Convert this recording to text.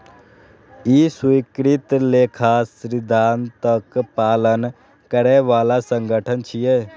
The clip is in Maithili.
ई स्वीकृत लेखा सिद्धांतक पालन करै बला संगठन छियै